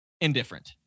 Indifferent